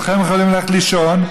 כולכם יכולים ללכת לישון.